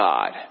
God